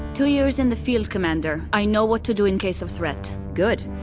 two years in the field, commander. i know what to do in case of threat good.